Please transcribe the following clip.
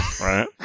right